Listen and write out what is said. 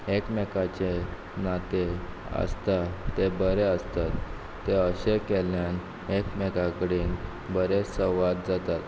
एकमेकाचें नातें आसता तें बरें आसता तर अशें केल्ल्यान एकमेका कडेन बरे संवाद जातात